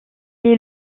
est